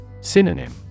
Synonym